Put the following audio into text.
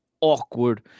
awkward